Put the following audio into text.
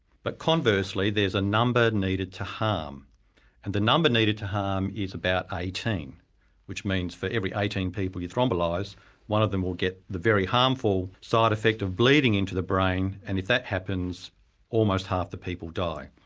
but conversely there's a number needed to harm and the number needed to harm is about eighteen which means for every eighteen people you thrombolyse one of them will get the very harmful side effect of bleeding into the brain and if that happens almost half the people die.